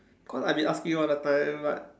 because I've been asking all the time but